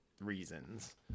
reasons